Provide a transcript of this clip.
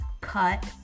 Cut